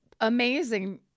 Amazing